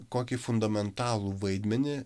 kokį fundamentalų vaidmenį